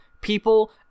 People